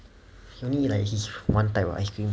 he only eat like his one type of ice cream